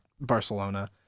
Barcelona